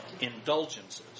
indulgences